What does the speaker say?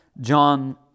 John